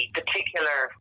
particular